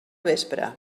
vespre